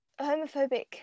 homophobic